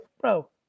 bro